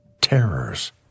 Terrors